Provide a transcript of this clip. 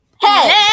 Hey